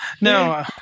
No